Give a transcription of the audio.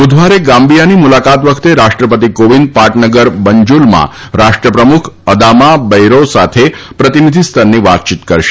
બુધવારે ગામ્બીયાની મુલાકાત વખતે રાષ્ટ્રપતિ કોવિંદ પાટનગર બંજુલમાં રાષ્ટ્રપ્રમુખ અદામા બૈરો સાથે પ્રતિનિધી સ્તરની વાતયીત કરશે